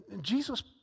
Jesus